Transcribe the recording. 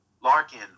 Larkin